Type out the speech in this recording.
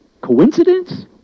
Coincidence